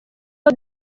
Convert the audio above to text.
aho